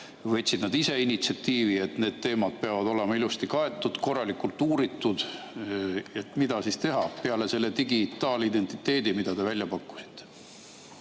võtsid nad ise initsiatiivi, et need teemad peavad olema ilusti kaetud, korralikult uuritud? Mida siis teha peale selle digitaalidentiteedi, mida te välja pakkusite?